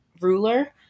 ruler